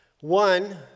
One